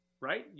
right